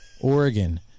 Oregon